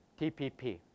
TPP